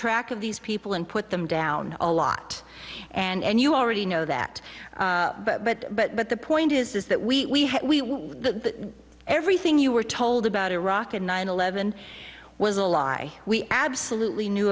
track of these people and put them down a lot and you already know that but but but but the point is that we the everything you were told about iraq in nine eleven was a lie we absolutely knew